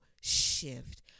shift